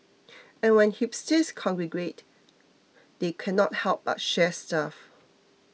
and when hipsters congregate they cannot help but share stuff